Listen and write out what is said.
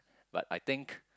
but I think